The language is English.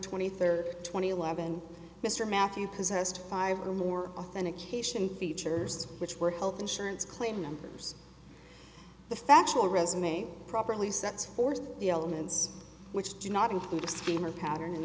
twenty third two thousand and eleven mr matthew possessed five or more authentic haitian features which were health insurance claims numbers the factual resume properly sets forth the elements which do not include a steamer pattern in